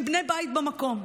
הם בני בית במקום.